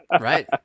Right